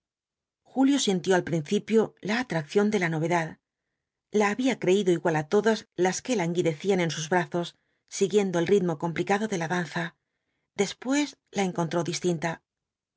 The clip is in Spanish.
julio sintió al principio la atracción de la novedad la había creído igual á todas las que languidecían en sus brazos siguiendo el ritmo complicado de la danza después la encontró distinta